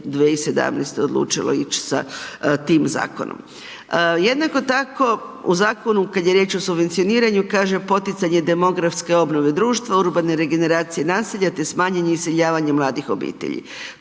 2017. odlučilo ići tim zakonom. Jednako tako u zakonu kada je riječ o subvencioniranju, kaže poticanje demografske obnove društva, urbane regeneracije naselja te smanjenje iseljavanja mladih obitelji.